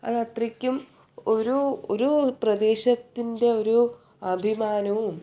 അത് അത്രയ്ക്കും ഒരു ഒരൂ പ്രദേശത്തിൻ്റെ ഒരു അഭിമാനവും